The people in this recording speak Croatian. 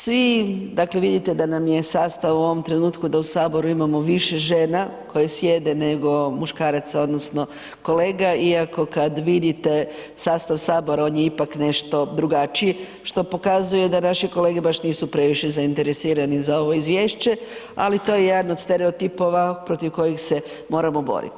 Svi dakle vidite da nam je sastav u ovom trenutku da u saboru imamo više žena koje sjedne nego muškaraca odnosno kolega iako kad vidite sastav sabora on je ipak nešto drugačiji, što pokazuje da naši kolege baš nisu previše zainteresirani za ovo izvješće, ali to je jedan od stereotipova protiv kojih se moramo boriti.